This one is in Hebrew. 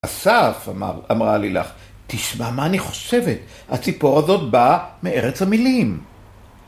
אסף, אמרה לילך, תשמע מה אני חושבת, הציפור הזאת באה מארץ המילים.